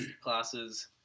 classes